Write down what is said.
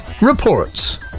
reports